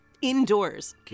Indoors